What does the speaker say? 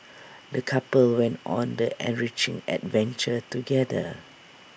the couple went on the enriching adventure together